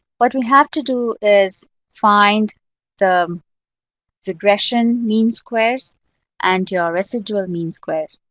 what we have to do is find the regression mean squares and your residual mean squares.